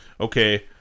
okay